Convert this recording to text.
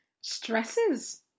stresses